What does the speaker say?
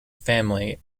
family